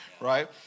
right